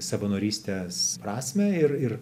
savanorystės prasmę ir ir